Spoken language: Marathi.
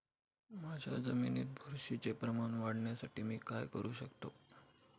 माझ्या जमिनीत बुरशीचे प्रमाण वाढवण्यासाठी मी काय करू शकतो?